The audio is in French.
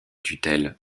tutelle